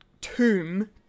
tomb